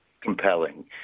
compelling